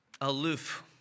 aloof